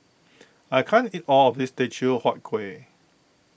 I can't eat all of this Teochew Huat Kuih